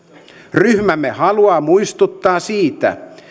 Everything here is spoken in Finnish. ryhmämme haluaa muistuttaa siitä